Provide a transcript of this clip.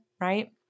right